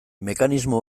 mekanismo